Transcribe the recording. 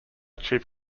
chief